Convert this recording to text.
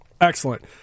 Excellent